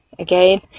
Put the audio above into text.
again